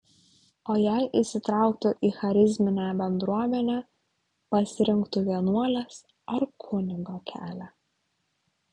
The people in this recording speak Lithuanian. o jei įsitrauktų į charizminę bendruomenę pasirinktų vienuolės ar kunigo kelią